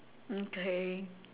okay